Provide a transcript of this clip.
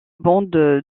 bandes